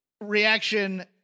reaction